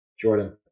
Jordan